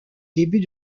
début